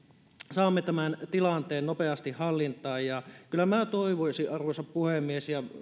saamme tämän tilanteen nopeasti hallintaan kyllä minä toivoisin arvoisa puhemies ja